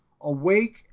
Awake